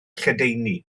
lledaenu